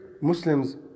Muslims